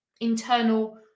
internal